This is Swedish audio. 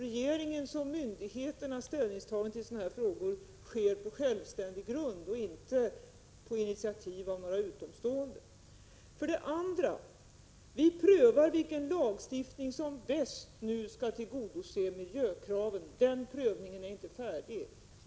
Regeringens och myndigheternas ställningstaganden i denna fråga görs på självständig grund och inte på initiativ av några utomstående. För det andra prövar vi vilken lagstiftning som bäst kan tillgodose miljökraven. Den prövningen är inte färdig.